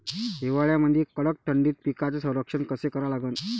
हिवाळ्यामंदी कडक थंडीत पिकाचे संरक्षण कसे करा लागन?